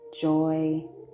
joy